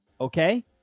Okay